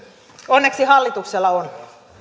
onneksi hallituksella on tähän